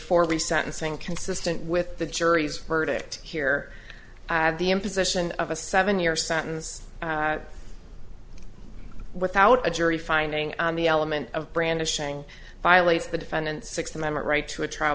for the sentencing consistent with the jury's verdict here i have the imposition of a seven year sentence without a jury finding the element of brandishing violates the defendant's sixth amendment right to a trial